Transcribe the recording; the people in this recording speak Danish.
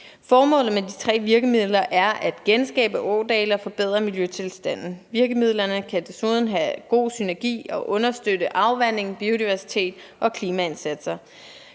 Formålet med de tre virkemidler er at genskabe ådale og forbedre miljøtilstanden. Virkemidlerne kan desuden have god synergi og understøtte afvanding, biodiversitet og klimaindsatser.